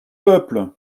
peuple